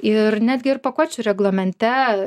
ir netgi ir pakuočių reglamente